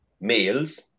males